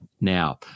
now